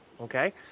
Okay